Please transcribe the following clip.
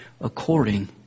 according